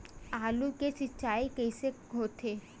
आलू के सिंचाई कइसे होथे?